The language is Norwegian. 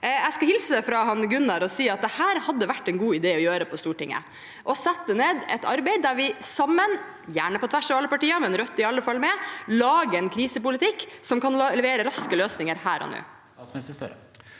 Jeg skal hilse fra Gunnar og si at det hadde vært en god idé å gjøre dette på Stortinget – et arbeid der vi sammen, gjerne på tvers av alle partier, men Rødt er i alle fall med, lager en krisepolitikk som kan levere raske løsninger her og nå.